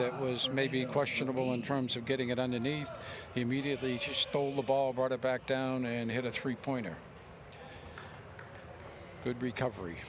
that was maybe questionable in terms of getting it on a nice immediately chip stole the ball brought it back down and hit a three pointer good recovery